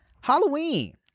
Halloween